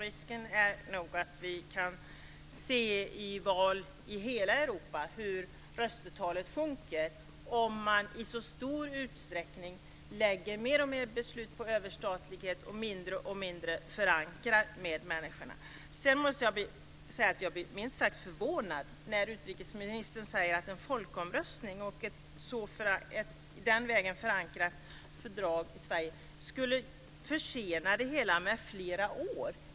Risken är nog att vi i hela Europa kan få se att röstetalen i valen sjunker, om man i så stor utsträckning lägger över alltfler beslut på överstatlighet och allt mindre förankrar dem hos människorna. Jag blir också minst sagt förvånad när utrikesministern säger att en förankring av ett fördrag i Sverige genom folkomröstning skulle försena processen med flera år.